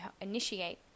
initiate